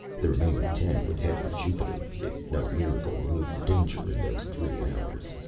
the remaining ten would head for jupiter if no miracle removed the danger in those three hours.